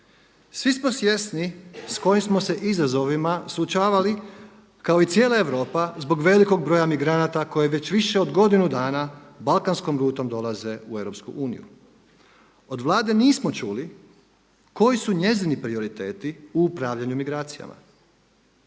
Svi smo svjesni s kojim smo se izazovima suočavali kao i cijela Europa zbog velikog broja migranata koji već više od godinu dana balkanskom rutom dolaze u EU. Od Vlade nismo čuli koji su njezini prioriteti u upravljanju migracijama?